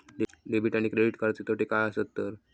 Debit आणि credit कार्डचे तोटे काय आसत तर?